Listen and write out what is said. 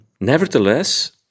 Nevertheless